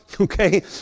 Okay